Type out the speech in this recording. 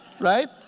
Right